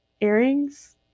earrings